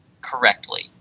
correctly